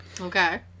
Okay